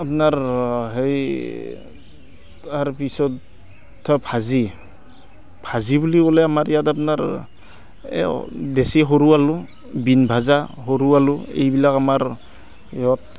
আপোনাৰ সেই তাৰপিছত ভাজি ভাজি বুলি ক'লে আমাৰ ইয়াত আপোনাৰ এ দেচী সৰু আলু বিন ভাজা সৰু আলু এইবিলাক আমাৰ ইহঁত